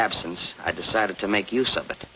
absence i decided to make use of it